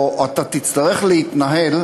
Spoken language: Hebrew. אתה תצטרך להתנהל,